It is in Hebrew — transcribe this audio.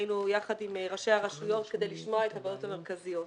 היינו יחד עם ראשי הרשויות כדי לשמוע את הבעיות המרכזיות.